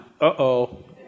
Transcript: uh-oh